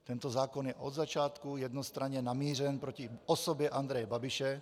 Tento zákon je od začátku jednostranně namířen proti osobě Andreje Babiše.